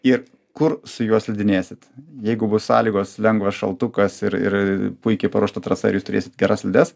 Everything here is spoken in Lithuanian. ir kur su juo slidinėsit jeigu bus sąlygos lengvas šaltukas ir ir puikiai paruošta trasa ir jūs turėsit geras slides